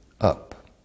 up